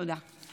תודה.